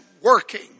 working